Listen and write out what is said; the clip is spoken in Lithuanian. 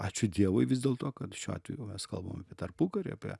ačiū dievui vis dėl to kad šiuo atveju mes kalbam tarpukarį apie